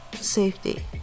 safety